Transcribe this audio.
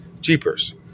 Jeepers